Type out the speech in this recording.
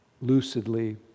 lucidly